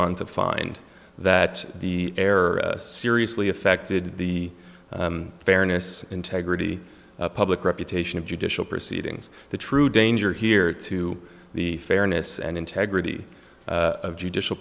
on to find that the error seriously affected the fairness integrity public reputation of judicial proceedings the true danger here to the fairness and integrity of judicial